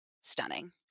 stunning